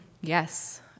Yes